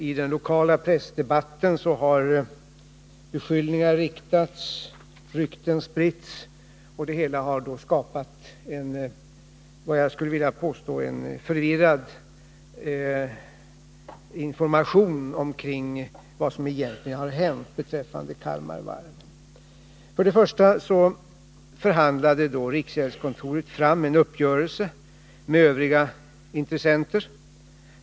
I den lokala pressdebatten har beskyllningar riktats, rykten spritts och, skulle jag vilja påstå, förvirrad information skapats omkring vad som egentligen hänt beträffande Kalmar Varv. Riksgäldskontoret förhandlade fram en uppgörelse med övriga intressenter.